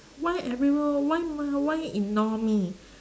why everyone why why ignore me